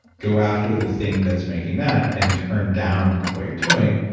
go after the thing that's making that and turn down what you're doing,